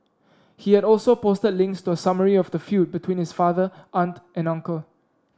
he had also posted links to a summary of the feud between his father aunt and uncle